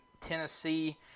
Tennessee